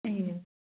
नहीं नही